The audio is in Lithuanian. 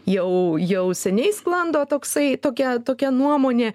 jau jau seniai sklando toksai tokia tokia nuomonė